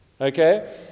Okay